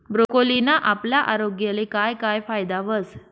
ब्रोकोलीना आपला आरोग्यले काय काय फायदा व्हस